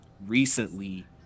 recently